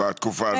בתקופה הזאת?